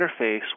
interface